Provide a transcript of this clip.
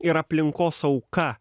ir aplinkos auka